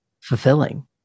fulfilling